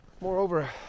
Moreover